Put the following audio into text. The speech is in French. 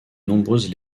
nombreuses